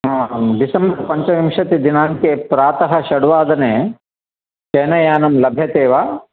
December पञ्चविंशतिदिनाङ्के प्रातः षड्वादने शयनयानं लभ्यते वा